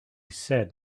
said